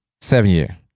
seven-year